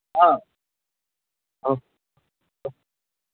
हा अस् अस्